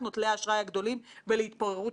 פגע ביכולת ההתפתחות של המשק.